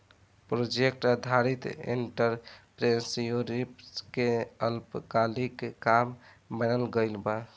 project आधारित entrepreneurship के अल्पकालिक काम मानल गइल बा